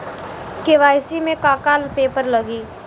KYC में का का पेपर लगी?